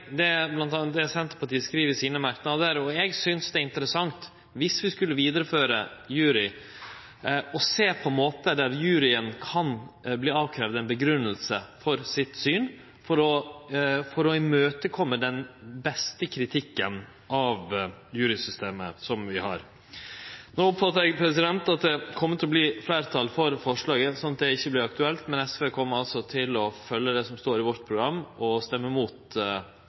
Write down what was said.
det Senterpartiet skriv i sine merknader, og eg synest det er interessant, dersom vi skulle vidareføre juryordninga, å sjå på måtar der det kan krevjast at juryen kjem med ei grunngjeving for sitt syn, for å møte den beste kritikken av jurysystemet som vi har. No oppfattar eg at det kjem til å verte fleirtal for forslaget, slik at det ikkje vert aktuelt, men SV kjem altså til å følgje det som står i vårt program, og stemme imot